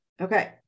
Okay